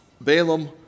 Balaam